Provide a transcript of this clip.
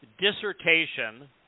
dissertation